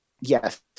yes